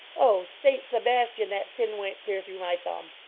oh, saint sebastian! that pin went clear through my thumb!